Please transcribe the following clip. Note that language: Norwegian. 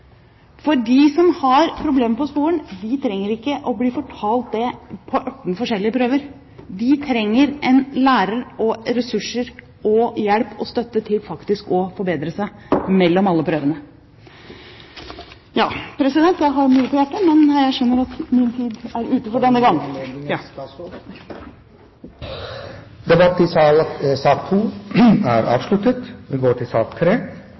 De som har problemer på skolen, trenger ikke å bli fortalt det på ørten forskjellige prøver. De trenger en lærer, ressurser og hjelp og støtte til faktisk å forbedre seg mellom alle prøvene. Jeg har mye på hjertet, president, men jeg skjønner at min tid er ute for denne gang. Debatten i sak nr. 2 er avsluttet. Etter ønske fra arbeids- og sosialkomiteen vil presidenten foreslå at debatten blir begrenset til